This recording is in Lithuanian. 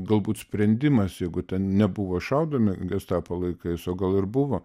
galbūt sprendimas jeigu ten nebuvo šaudomi gestapo laikais o gal ir buvo